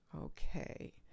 Okay